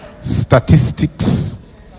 statistics